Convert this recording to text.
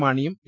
മാണിയും P